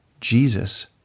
Jesus